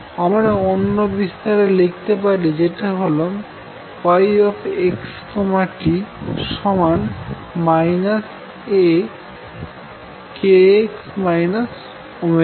আমরা অন্য বিস্তার লিখতে পারি যেটা হল y x t A kx ωt